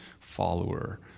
follower